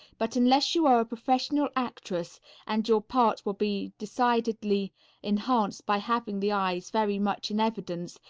but unless you are a professional actress and your part will be decidedly enhanced by having the eyes very much in evidence,